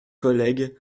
collègues